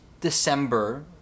December